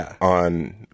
on